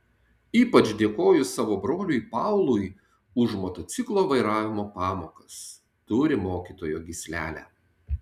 ypač dėkoju savo broliui paului už motociklo vairavimo pamokas turi mokytojo gyslelę